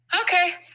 okay